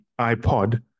iPod